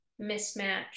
mismatch